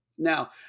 Now